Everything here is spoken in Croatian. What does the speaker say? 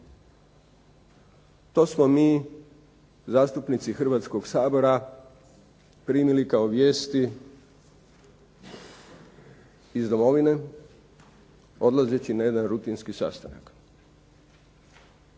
To smo mi zastupnici Hrvatskoga sabora primili kao vijesti iz domovine, odlazeći na jedan rutinski sastanak.